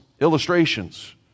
illustrations